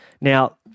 Now